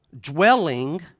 dwelling